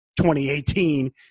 2018